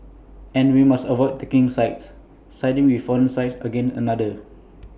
and we must avoid taking sides siding with one side against another